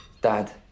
Dad